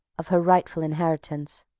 of her rightful inheritance.